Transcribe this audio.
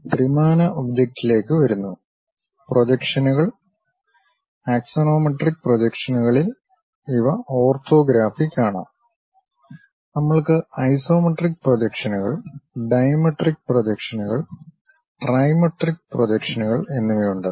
ത്രിമാന ഒബ്ജക്റ്റിലേക്ക് വരുന്നു പ്രൊജക്ഷനുകൾ ആക്സോണോമെട്രിക് പ്രൊജക്ഷനുകളിൽ ഇവ ഓർത്തോഗ്രാഫിക് ആണ് നമ്മൾക്ക് ഐസോമെട്രിക് പ്രൊജക്ഷനുകൾ ഡൈമെട്രിക് പ്രൊജക്ഷനുകൾ ട്രൈമെട്രിക് പ്രൊജക്ഷനുകൾ എന്നിവയുണ്ട്